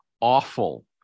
awful